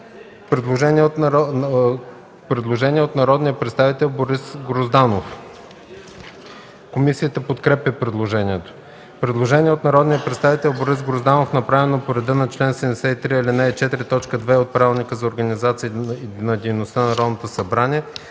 Предложение от народния представител Борис Грозданов. Комисията подкрепя предложението. Предложение от народния представител Борис Грозданов, направено по реда на чл. 73, ал. 4, т. 2 от Правилника за организацията и дейността на Народното събрание.